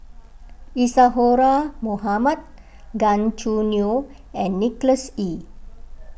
Isadhora Mohamed Gan Choo Neo and Nicholas Ee